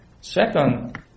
Second